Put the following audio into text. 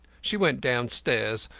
she went downstairs,